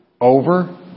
over